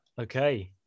Okay